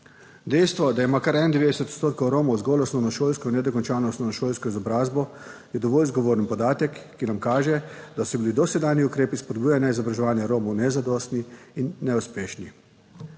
Dejstvo, da ima kar 91 % Romov zgolj osnovnošolsko ali nedokončano osnovnošolsko izobrazbo, je dovolj zgovoren podatek, ki nam kaže, da so bili dosedanji ukrepi spodbujanja izobraževanja Romov nezadostni in neuspešni.